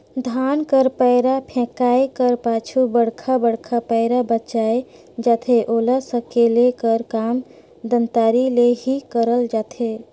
धान कर पैरा फेकाए कर पाछू बड़खा बड़खा पैरा बाएच जाथे ओला सकेले कर काम दँतारी ले ही करल जाथे